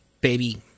baby